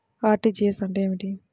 RTGS అంటే ఏమిటి?